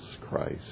Christ